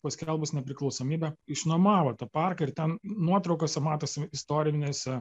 paskelbus nepriklausomybę išnuomavo tą parką ir ten nuotraukose matosi istorinėse